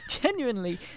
genuinely